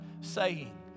saying